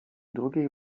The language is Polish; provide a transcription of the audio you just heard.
drugiej